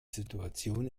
situation